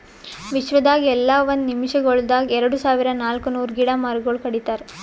ವಿಶ್ವದಾಗ್ ಎಲ್ಲಾ ಒಂದ್ ನಿಮಿಷಗೊಳ್ದಾಗ್ ಎರಡು ಸಾವಿರ ನಾಲ್ಕ ನೂರು ಗಿಡ ಮರಗೊಳ್ ಕಡಿತಾರ್